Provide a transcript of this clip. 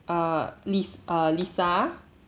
err list uh lisa